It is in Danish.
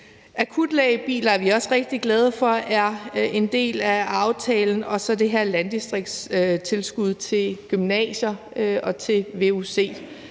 Akutlægebiler er vi også rigtig glade for er en del af aftalen, og det gælder også det her landdistriktstilskud til gymnasier og til vuc.